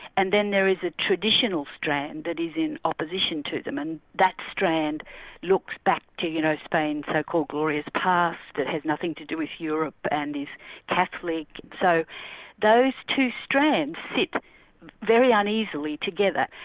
and then there is a traditional strand that is in opposition to them, and that strand looks back to you know spain's so-called glorious past, it has nothing to do with europe, and is catholic. so those two strands sit very uneasily together.